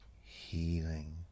healing